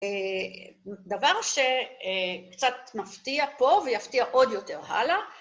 דבר שקצת מפתיע פה ויפתיע עוד יותר הלאה.